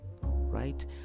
right